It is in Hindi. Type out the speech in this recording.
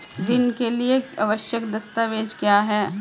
ऋण के लिए आवश्यक दस्तावेज क्या हैं?